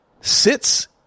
sits